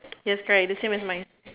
yes correct the same as mine